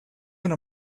una